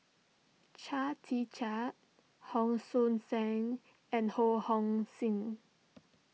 Chia Tee Chiak Hon Sui Sen and Ho Hong Sing